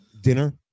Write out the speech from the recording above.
dinner